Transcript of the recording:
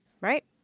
Right